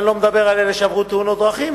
אני לא מדבר על אלה שעברו תאונות דרכים,